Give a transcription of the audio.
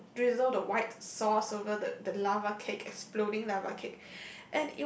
you drizzle the white sauce over the the lava cake exploding lava cake